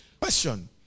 Question